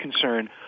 concern